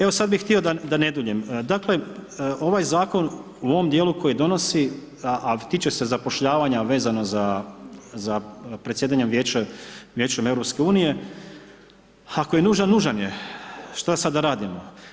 Evo sada bih htio da ne duljim, dakle ovaj zakon u ovom dijelu koji donosi a tiče se zapošljavanja vezano za predsjedanjem Vijećem EU, ako je nužan, nužan je, što sada da radimo.